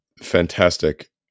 fantastic